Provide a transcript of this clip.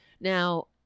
Now